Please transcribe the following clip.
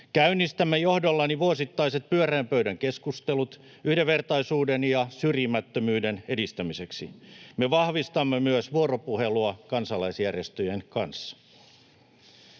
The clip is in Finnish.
Käynnistämme johdollani vuosittaiset pyöreän pöydän keskustelut yhdenvertaisuuden ja syrjimättömyyden edistämiseksi. Me vahvistamme myös vuoropuhelua kansalaisjärjestöjen kanssa.